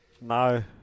No